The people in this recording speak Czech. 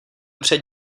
před